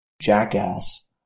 jackass